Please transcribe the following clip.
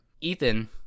Ethan